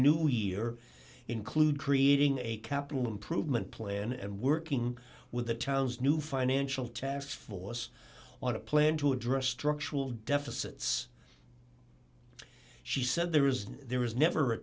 new year include creating a capital improvement plan and working with the town's new financial taskforce on a plan to address structural deficits she said there is no there is never a